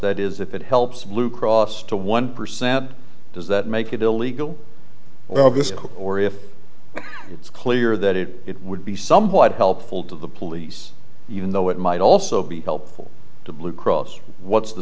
that is if it helps blue cross to one percent does that make it illegal august or if it's clear that it it would be somewhat helpful to the police even though it might also be helpful to blue cross what's the